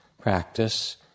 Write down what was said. practice